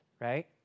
right